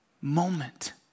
moment